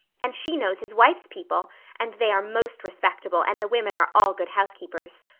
and she knows his wife's people and they are most respectable and the women are all good housekeepers.